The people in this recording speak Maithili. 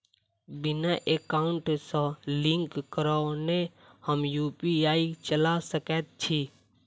बिना एकाउंट सँ लिंक करौने हम यु.पी.आई चला सकैत छी?